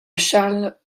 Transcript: charles